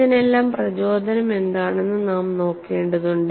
ഇതിനെല്ലാം പ്രചോദനം എന്താണെന്ന് നാം നോക്കേണ്ടതുണ്ട്